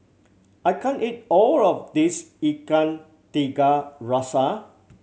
I can't eat all of this Ikan Tiga Rasa